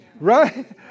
right